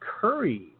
Curry